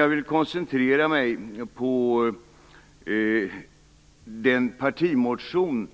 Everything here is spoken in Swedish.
Jag vill koncentrera mig på den partimotion